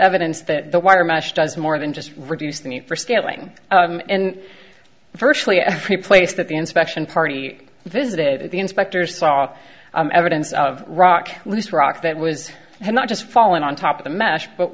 evidence that the wire mesh does more than just reduce the need for scaling and virtually every place that the inspection party visited the inspectors saw evidence of rock loose rock that was not just falling on top of the mesh but